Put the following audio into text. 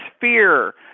fear